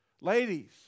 Ladies